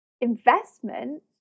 investment